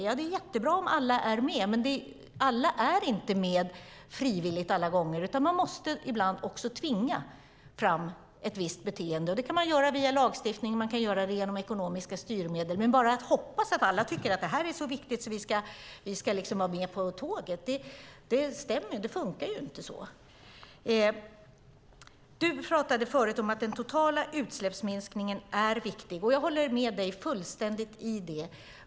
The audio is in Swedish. Ja, det är jättebra om alla är med. Men alla är inte med frivilligt alla gånger, utan man måste ibland också tvinga fram ett visst beteende. Det kan man göra via lagstiftning och genom ekonomiska styrmedel. Men man kan inte bara hoppas att alla tycker att detta är så viktigt att de vill vara med på tåget. Det funkar inte så. Du talade förut om att den totala utsläppsminskningen är viktig. Jag håller med dig fullständigt om det.